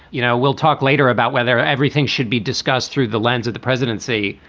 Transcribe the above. you know, we'll talk later about whether everything should be discussed through the lens of the presidency.